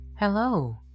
Hello